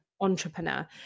entrepreneur